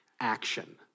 action